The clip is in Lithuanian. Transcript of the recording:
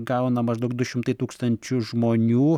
gauna maždaug du šimtai tūkstančių žmonių